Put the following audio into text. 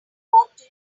walked